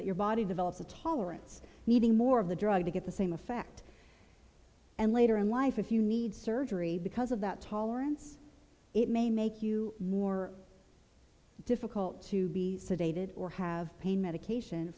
that your body develops a tolerance needing more of the drug to get the same effect and later in life if you need surgery because of that tolerance it may make you more difficult to be sedated or have pain medication